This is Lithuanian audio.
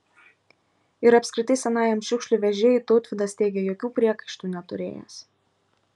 ir apskritai senajam šiukšlių vežėjui tautvydas teigė jokių priekaištų neturėjęs